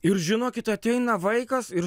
ir žinokit ateina vaikas ir